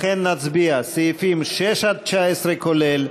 לכן נצביע על סעיפים 6 19, כולל,